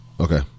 Okay